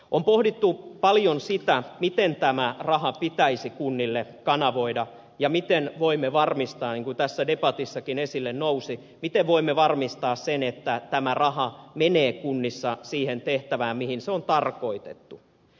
on pohdittu paljon sitä miten tämä raha pitäisi kunnille kanavoida ja miten voimme varmistaa sen niin kuin tässä debatissakin esille nousi että tämä raha menee kunnissa siihen tehtävään mihin se on tarkoitettu